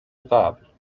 قبل